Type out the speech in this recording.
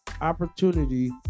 opportunity